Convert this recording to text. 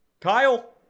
Kyle